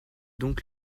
donc